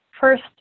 First